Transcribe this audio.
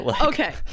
Okay